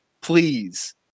Please